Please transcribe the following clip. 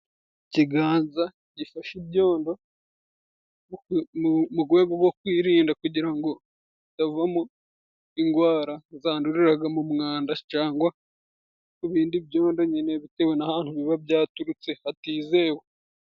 Ikiganza gifashe ibyondo mu gwego rwo kwirinda kugira ngo hatavamo ingwara zanduriraga mu mwanda， cyangwa ku bindi byondo nyine bitewe n'ahantu biba byaturutse hatizewe.